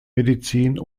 medizin